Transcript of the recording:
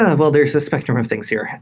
well, there's a spectrum of things here.